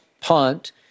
punt